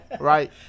right